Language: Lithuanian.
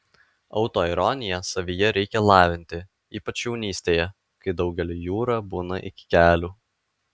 autoironiją savyje reikia lavinti ypač jaunystėje kai daugeliui jūra būna iki kelių